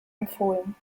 empfohlen